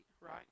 right